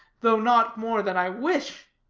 though not more than i wish.